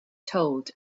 told